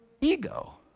ego